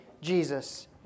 Jesus